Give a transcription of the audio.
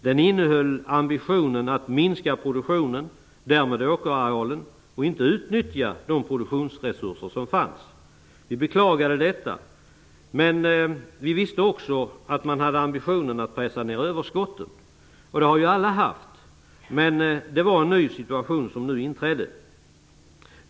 Den hade ambitionen att minska produktionen och därmed åkerarealen och att inte utnyttja de produktionsresurser som fanns. Vi beklagade detta. Men vi visste också att man hade ambitionen att pressa ner överskotten. Det har ju alla haft. Men detta var en ny situation som nu inträdde.